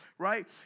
right